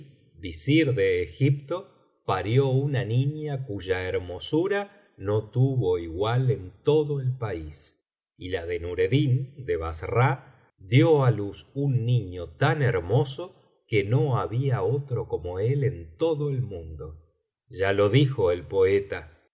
visir de egipto parió una niña cuya hermosura no tuvo igual en todo el país y la de nureddin de bassra dio á luz un niño tan hermoso que no había otro como él en todo el mundo ya lo dijo el poeta